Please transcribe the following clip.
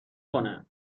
کنه